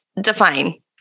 define